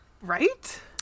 right